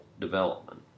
development